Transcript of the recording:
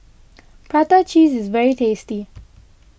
Prata Cheese is very tasty